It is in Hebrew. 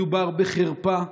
מדובר בחרפה.